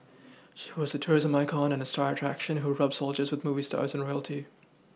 she was a tourism icon and star attraction who rubbed soldiers with movie stars and royalty